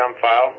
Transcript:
file